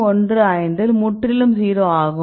15 முற்றிலும் 0 ஆகும்